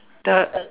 the